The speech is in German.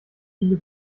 viele